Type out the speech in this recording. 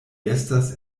estas